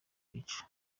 gica